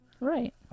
Right